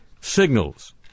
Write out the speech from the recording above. signals